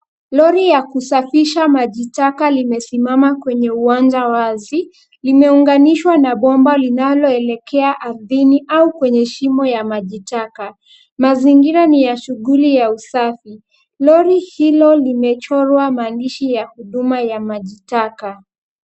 Lori ya kusafisha maji taka limesimama kwenye uwanja wazi, limeunganishwa na bomba linaloelekea ardhini au kwenye shimo ya maji taka. Mazingira ni ya shughuli ya usafi. Lori hilo limechorwa maandishi ya huduma ya maji taka.